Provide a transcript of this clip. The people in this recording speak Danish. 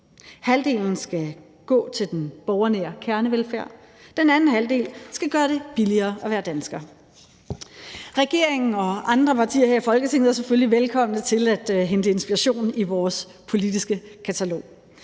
Halvdelen skal gå til den borgernære kernevelfærd; den anden halvdel skal gøre det billigere at være dansker. Regeringen og andre partier her i Folketinget er selvfølgelig velkomne til at hente inspiration i vores politiske katalog.